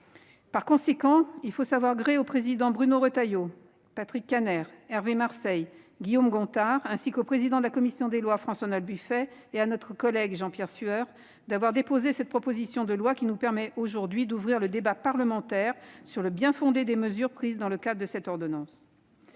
! Aussi, il faut savoir gré aux présidents Bruno Retailleau, Patrick Kanner, Hervé Marseille et Guillaume Gontard, au président de la commission des lois, François-Noël Buffet, et à notre collègue Jean-Pierre Sueur d'avoir déposé cette proposition de loi. Le présent texte nous permet aujourd'hui d'ouvrir le débat parlementaire sur le bien-fondé des mesures prises dans ce cadre. Comme vous le